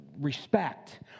respect